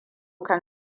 kan